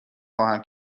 خواهم